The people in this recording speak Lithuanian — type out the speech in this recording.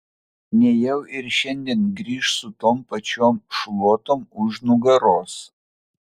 nejau ir šiandien grįš su tom pačiom šluotom už nugaros